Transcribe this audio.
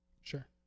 Sure